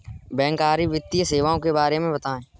बैंककारी वित्तीय सेवाओं के बारे में बताएँ?